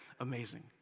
amazing